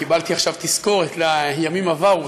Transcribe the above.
קיבלתי עכשיו תזכורת לימים עברו,